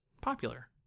popular